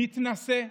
המתנשא,